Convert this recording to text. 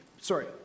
Sorry